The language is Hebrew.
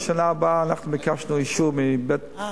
לשנה הבאה אנחנו ביקשנו אישור מבג"ץ.